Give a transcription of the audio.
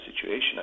situation